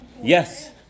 Yes